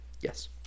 Yes